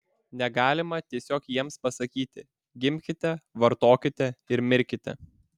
negalima tiesiog jiems pasakyti gimkite vartokite ir mirkite